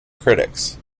critics